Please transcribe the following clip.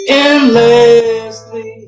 endlessly